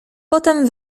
potem